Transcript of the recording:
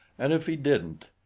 and if he didn't!